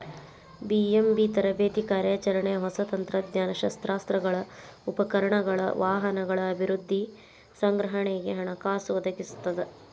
BMB ತರಬೇತಿ ಕಾರ್ಯಾಚರಣೆ ಹೊಸ ತಂತ್ರಜ್ಞಾನ ಶಸ್ತ್ರಾಸ್ತ್ರಗಳ ಉಪಕರಣಗಳ ವಾಹನಗಳ ಅಭಿವೃದ್ಧಿ ಸಂಗ್ರಹಣೆಗೆ ಹಣಕಾಸು ಒದಗಿಸ್ತದ